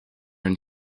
and